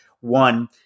one